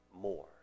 more